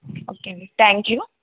okay అండి thank you